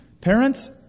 Parents